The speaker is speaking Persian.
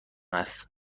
است